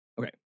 Okay